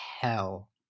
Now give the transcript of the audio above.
hell